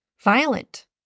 violent